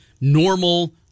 normal